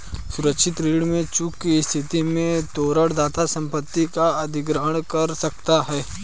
सुरक्षित ऋण में चूक की स्थिति में तोरण दाता संपत्ति का अधिग्रहण कर सकता है